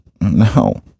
No